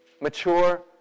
mature